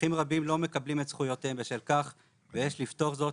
נכים רבים לא מקבלים את זכויותיהם בשל כך ויש לפתור זאת